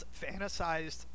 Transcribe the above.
fantasized